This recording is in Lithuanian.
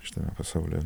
šitame pasaulyje